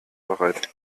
bereit